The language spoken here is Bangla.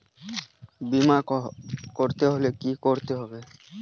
বিমা করতে হলে কি করতে হবে?